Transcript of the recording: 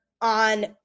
On